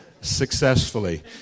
successfully